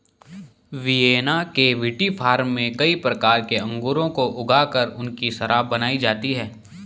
Vienna के विटीफार्म में कई प्रकार के अंगूरों को ऊगा कर उनकी शराब बनाई जाती है